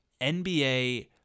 NBA